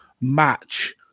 match